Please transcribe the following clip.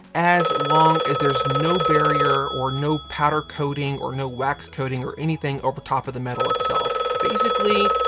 as long as there's no barrier, or no powder coating, or no wax coating, or anything over top of the metal itself. basically,